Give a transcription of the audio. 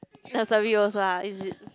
nursery also ah is it